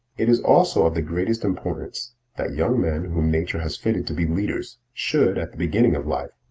it is also of the greatest importance that young men whom nature has fitted to be leaders should, at the beginning of life,